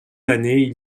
années